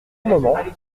moments